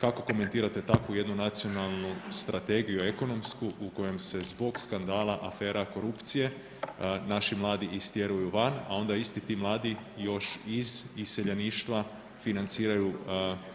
Kako komentirate takvu jednu nacionalnu strategiju ekonomsku u kojoj se zbog skandala afera korupcije naši mladi istjeruju van, a onda isti ti mladi još iz iseljeništva financiraju